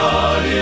God